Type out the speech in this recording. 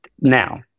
Now